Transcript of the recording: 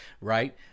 right